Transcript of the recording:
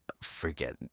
forget